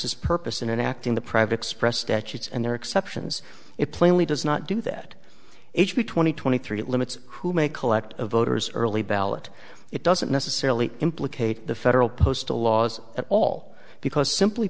his purpose in enacting the private's press statutes and there are exceptions it plainly does not do that h b twenty twenty three it limits who may collect a voter's early ballot it doesn't necessarily implicate the federal postal laws at all because simply